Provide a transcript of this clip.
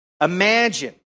Imagine